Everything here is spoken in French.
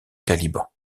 caliban